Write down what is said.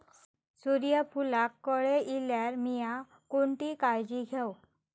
सूर्यफूलाक कळे इल्यार मीया कोणती काळजी घेव?